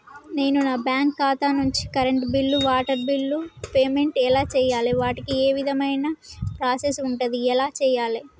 నేను నా బ్యాంకు ఖాతా నుంచి కరెంట్ బిల్లో వాటర్ బిల్లో పేమెంట్ ఎలా చేయాలి? వాటికి ఏ విధమైన ప్రాసెస్ ఉంటది? ఎలా చేయాలే?